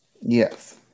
Yes